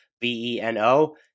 B-E-N-O